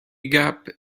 gap